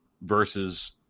versus